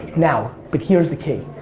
now, but here's the key.